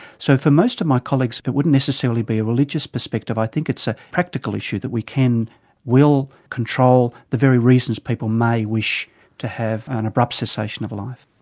so for most of my colleagues it wouldn't necessarily be a religious perspective, i think it's a practical issue that we can well control the very reasons people may wish to have an abrupt cessation of a life.